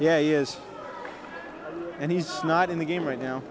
yeah he is and he's not in the game right now